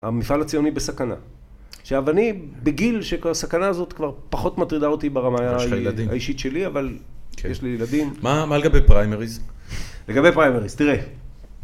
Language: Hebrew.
המפעל הציוני בסכנה. עכשו אני בגיל שהסכנה הזאת כבר פחות מטרידה אותי ברמה האישית שלי, אבל יש לי ילדים. מה לגבי פריימריז? לגבי פריימריז, תראה.